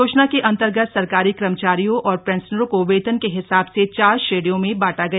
योजना के अंतर्गत सरकारी कर्मचारियों और पेंशनरों को वेतन के हिसाब से चार श्रेणियों में बांटा गया